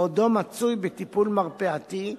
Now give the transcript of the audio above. בעודו מצוי בטיפול מרפאתי,